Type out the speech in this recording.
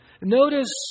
notice